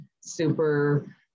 super